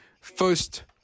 First